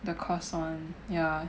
the course one yeah